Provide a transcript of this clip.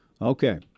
Okay